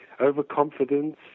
overconfidence